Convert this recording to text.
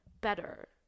better